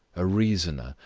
a reasoner,